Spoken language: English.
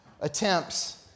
attempts